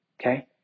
Okay